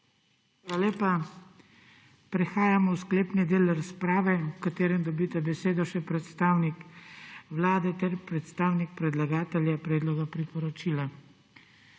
Hvala lepa. Prehajamo v sklepni del razpravo, v katerem dobite besedo še predstavnik Vlade ter predstavnik predlagatelja predloga priporočila.